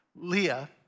Leah